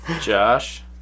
Josh